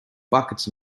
buckets